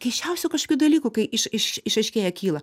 keisčiausių kažkokių dalykų kai iš iš išaiškėja kyla